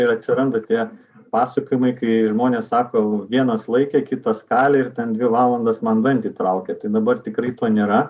ir atsiranda tie pasakojimai kai žmonės sako vienas laikė kitas kalė ir ten dvi valandas man dantį traukė tai dabar tikrai to nėra